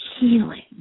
healing